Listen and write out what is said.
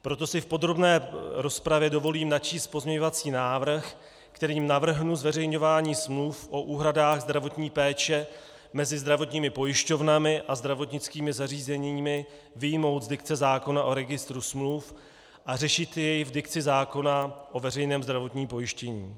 Proto si v podrobné rozpravě dovolím načíst pozměňovací návrh, kterým navrhnu zveřejňování smluv o úhradách zdravotní péče mezi zdravotními pojišťovnami a zdravotnickými zařízeními vyjmout z dikce zákona o Registru smluv a řešit jej v dikci zákona o veřejném zdravotním pojištění.